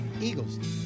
eagles